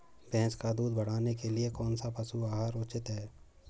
भैंस का दूध बढ़ाने के लिए कौनसा पशु आहार उचित है?